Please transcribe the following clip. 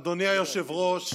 אדוני היושב-ראש,